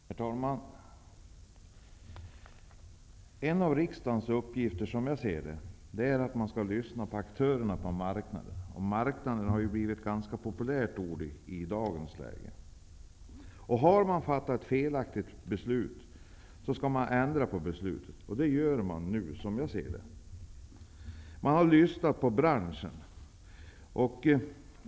Herr talman! En av riksdagens uppgifter är att lyssna på aktörerna på marknaden. Marknaden har ju blivit ett populärt ord i dagens läge. Om man har fattat ett felaktigt beslut skall man ändra på det. Det gör vi nu, som jag ser det. Vi har lyssnat på branschen.